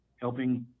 helping